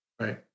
Right